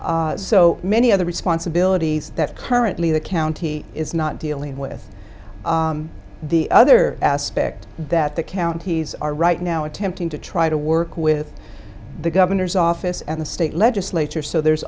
networks so many other responsibilities that currently the county is not dealing with the other aspect that the counties are right now attempting to try to work with the governor's office and the state legislature so there's